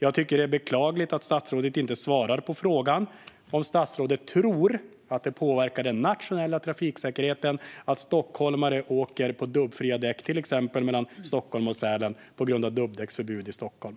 Jag tycker att det är beklagligt att statsrådet inte svarar på frågan: Tror statsrådet att det påverkar den nationella trafiksäkerheten att stockholmare åker på dubbfria däck till exempel mellan Stockholm och Sälen på grund av dubbdäcksförbud i Stockholm?